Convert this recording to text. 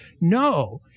No